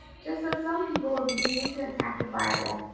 just as some people were beginning to attack the bible,